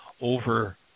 over